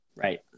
Right